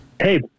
Hey